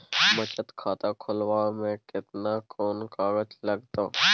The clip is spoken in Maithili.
बचत खाता खोलबै में केना कोन कागज लागतै?